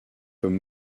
comme